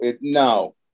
No